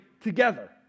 together